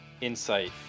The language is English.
insight